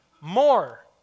more